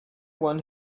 one